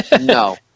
no